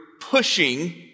pushing